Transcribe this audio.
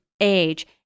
age